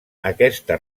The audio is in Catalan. aquesta